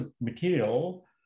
material